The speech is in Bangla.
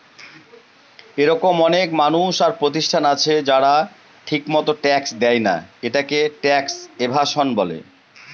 এরকম অনেক মানুষ আর প্রতিষ্ঠান আছে যারা ঠিকমত ট্যাক্স দেয়না, এটাকে ট্যাক্স এভাসন বলে